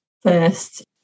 first